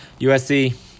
USC